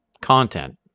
content